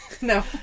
no